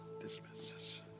dismisses